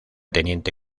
teniente